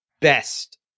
best